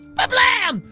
ba-blam!